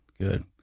Good